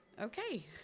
Okay